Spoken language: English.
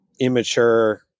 immature